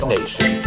Nation